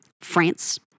France